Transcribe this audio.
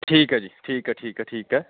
ਠੀਕ ਹੈ ਜੀ ਠੀਕ ਹੈ ਠੀਕ ਹੈ ਠੀਕ ਹੈ